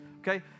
okay